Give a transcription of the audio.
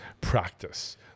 practice